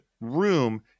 room